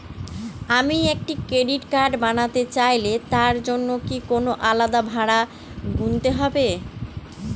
আমি একটি credit card বানাতে চাইলে তার জন্য কি কোনো আলাদা ভাড়া গুনতে হবে?